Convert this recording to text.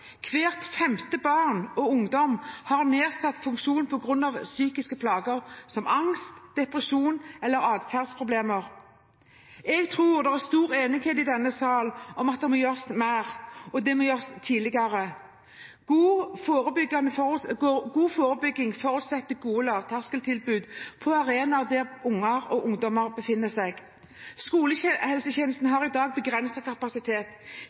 Hvert femte barn og hver femte ungdom har nedsatt funksjon på grunn av psykiske plager som angst, depresjon eller adferdsproblemer. Jeg tror det er stor enighet i denne sal om at det må gjøres mer – og det må gjøres tidligere. God forebygging forutsetter gode lavterskeltilbud på arenaer der barn og ungdom befinner seg. Skolehelsetjenesten har i dag begrenset kapasitet